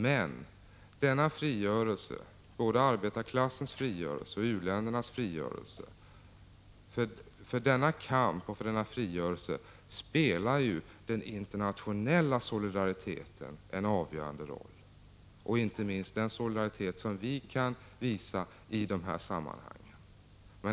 Men för denna frigörelse, både arbetarklassens och u-ländernas, för denna kamp spelar den internationella solidariteten en avgörande roll, inte minst den solidaritet vi kan visa i dessa sammanhang.